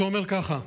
שאומר ככה,